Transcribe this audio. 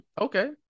Okay